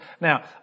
Now